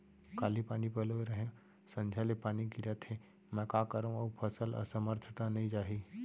काली पानी पलोय रहेंव, संझा ले पानी गिरत हे, मैं का करंव अऊ फसल असमर्थ त नई जाही?